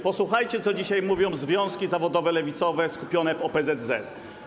Posłuchajcie, co dzisiaj mówią związki zawodowe lewicowe skupione w OPZZ.